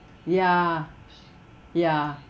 ya ya